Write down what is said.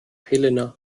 helena